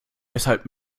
deshalb